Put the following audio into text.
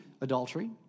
adultery